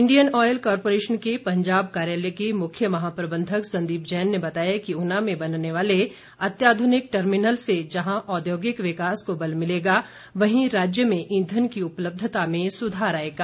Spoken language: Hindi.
इंडियन ऑयल कॉरपोरेशन के पंजाब कार्यालय के मुख्य महाप्रबधक संदीप जैन ने बताया कि ऊना में बनने वाले अत्याधुनिक टर्मिनल से जहां औद्योगिक विकास को बल मिलेगा वहीं राज्य में ईंधन की उपलब्धता में सुधार आएगा